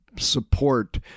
support